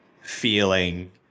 feeling